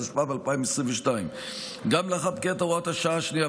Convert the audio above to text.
התשפ"ב 2022. גם לאחר פקיעת הוראת השעה השנייה,